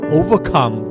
overcome